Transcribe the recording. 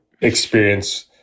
experience